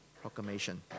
proclamation